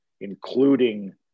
including